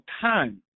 time